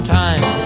time